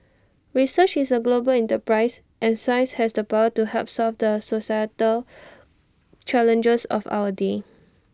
research is A global enterprise and science has the power to help solve the societal challenges of our day